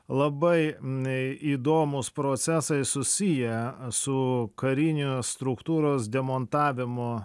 labai įdomūs procesai susiję su karinių struktūros demontavimu